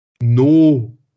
no